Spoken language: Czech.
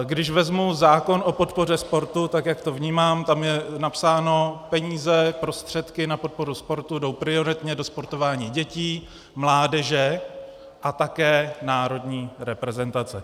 Když vezmu zákon o podpoře sportu, tak jak to vnímám, tam je napsáno peníze, prostředky na podporu sportu jdou prioritně do sportování dětí, mládeže a také národní reprezentace.